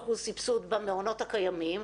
ב-50% סבסוד במעונות הקיימים,